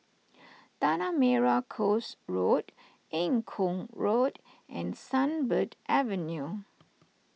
Tanah Merah Coast Road Eng Kong Road and Sunbird Avenue